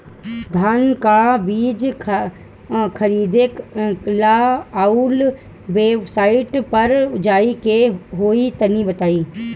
धान का बीज खरीदे ला काउन वेबसाइट पर जाए के होई तनि बताई?